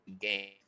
game